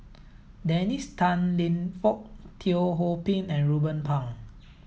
Dennis Tan Lip Fong Teo Ho Pin and Ruben Pang